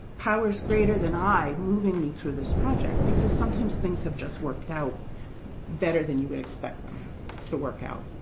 powers greater than i moving me through this project. because sometimes things have just worked out better than you'd expect them to work out.